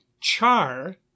char